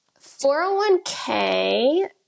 401k